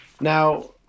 Now